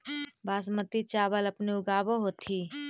बासमती चाबल अपने ऊगाब होथिं?